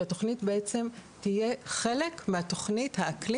שהתוכנית תהיה חלק מהתוכנית האקלים